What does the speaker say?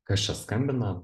kas čia skambina